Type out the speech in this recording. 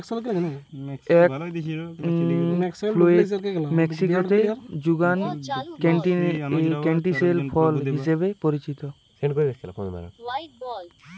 egg fruit মেক্সিকোতে যুগান canistel ফল হিসেবে পরিচিত